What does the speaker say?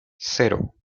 cero